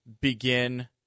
begin –